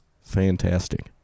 fantastic